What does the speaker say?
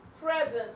presence